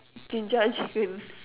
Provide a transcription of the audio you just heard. Jinjja-chicken